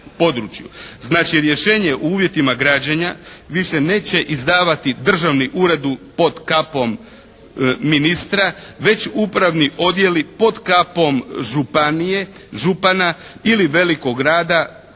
Znači rješenje o uvjetima građenja više neće izdavati Državni ured pod kapom ministra, već upravni odjeli pod kapom županije, župana ili velikog grada,